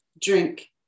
drink